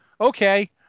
okay